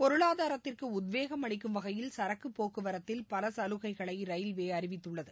பொருளாதாரத்திற்கு உத்வேகம் அளிக்கும் வகையில் சரக்குப் போக்குவரத்தில் பல சலுகைகளை ரயில்வே அறிவித்துள்ளது